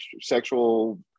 sexual